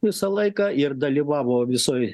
visą laiką ir dalyvavo visoj